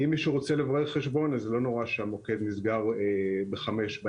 אם מישהו רוצה לברר חשבון אז לא נורא שהמוקד נסגר ב-17:00 בערב,